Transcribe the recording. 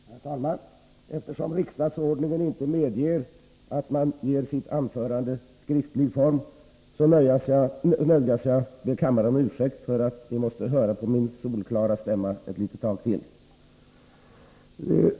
Herr talman! Eftersom riksdagsordningen inte medger att man avger sitt anförande i skriftlig form, nödgas jag be kammaren om ursäkt för att ni måste höra på min ”solklara” stämma ett litet tag till.